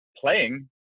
playing